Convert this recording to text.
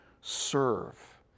serve